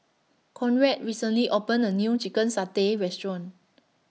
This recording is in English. Conrad recently opened A New Chicken Satay Restaurant